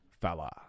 Fella